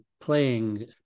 playing